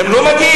הם לא מגיעים.